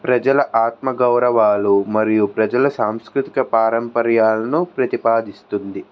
ప్రజల ఆత్మగౌరవాలు మరియు ప్రజల సాంస్కృతిక పారంపర్యాలను ప్రతిపాదిస్తుంది